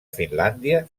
finlàndia